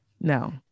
no